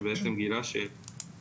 שבעצם גילה שילדים,